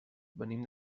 venim